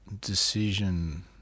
decision